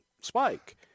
Spike